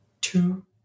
two